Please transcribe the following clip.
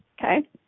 okay